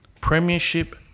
premiership